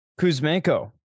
Kuzmenko